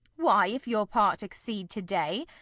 why, if your part exceed to-day,